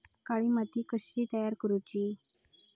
काळी माती कशी तयार करूची?